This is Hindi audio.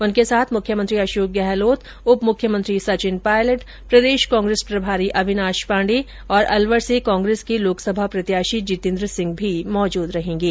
उनके साथ मुख्यमंत्री अशोक गहलोत उप मुख्यमंत्री सचिन पायलट प्रदेश कांग्रेस प्रभारी अविनाश पाण्डे और अलवर से कांग्रेस के लोकसभा प्रत्याशी जितेन्द्र सिंह भी मौजूद रहेंगे